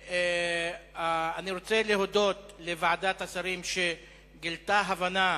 אני רוצה להודות לוועדת השרים שגילתה הבנה